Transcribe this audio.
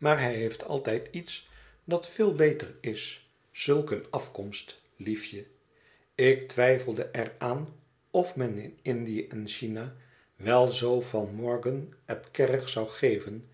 huis hij heeft altijd iets dat veel beter is zulk eene afkomst liefje ik twijfelde er aan of men in indië en china wel zooveel om morgan ap kerrig zou geven